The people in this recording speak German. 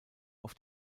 auf